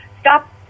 stop